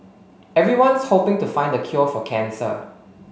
everyone's hoping to find the cure for cancer